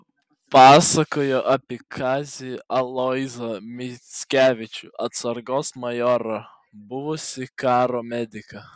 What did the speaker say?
pasakojo apie kazį aloyzą mickevičių atsargos majorą buvusį karo mediką